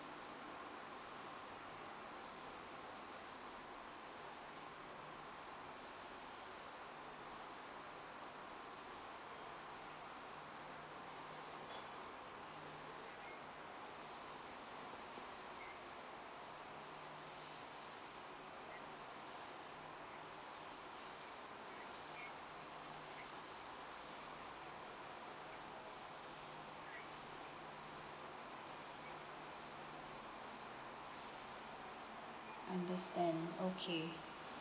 understand okay